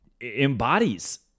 embodies